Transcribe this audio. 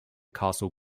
castle